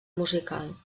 musical